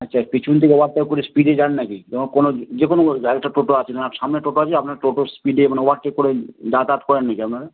আচ্ছা পিছন দিকের রাস্তার ওপরে স্পিডে যান নাকি যেমন কোনো যেকোনো টোটো আসছে সামনে টোটো আসছে আপনার টোটো স্পিডে মানে ওভারটেক করে যাতায়াত করেন নাকি আপনারা